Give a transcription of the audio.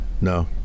No